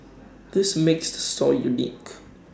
this makes the store unique